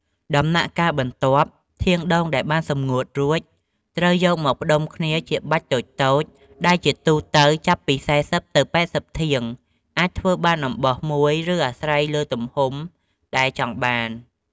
ដំណាក់កាលបន្ទាប់ ធាងដូងដែលបានសម្ងួតរួច ត្រូវយកមកផ្ដុំគ្នាជាបាច់តូចៗ ដែលជាទូទៅចាប់ពី ៤០ ទៅ ៨០ ធាង អាចធ្វើបានអំបោសមួយ ឬអាស្រ័យលើទំហំដែលចង់បាន។